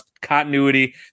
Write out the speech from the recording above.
continuity